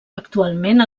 actualment